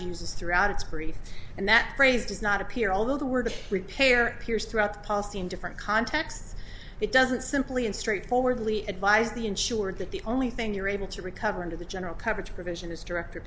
uses throughout its brief and that phrase does not appear although the word repair peers throughout the policy in different contexts it doesn't simply in straightforwardly advise the insured that the only thing you're able to recover into the general coverage provision is director